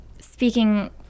speaking